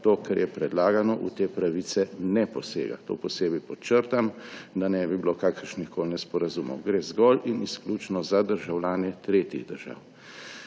to, kar je predlagano, v te pravice na posega. To posebej podčrtam, da ne bi bilo kakršnihkoli nesporazumov. Gre zgolj in izključno za državljane tretjih držav.